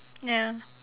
ya